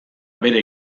bere